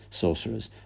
sorcerers